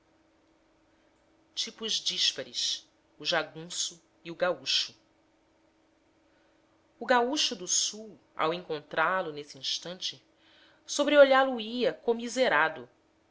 tipos díspares o jagunço e o gaúcho o gaúcho do sul ao encontrá-lo nesse instante sobreolhá lo ia comiserado